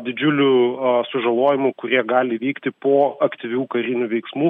didžiulių sužalojimų kurie gali vykti po aktyvių karinių veiksmų